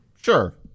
Sure